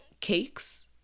cakes